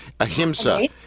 Ahimsa